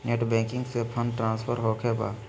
Net banking से fund transfer होखें बा?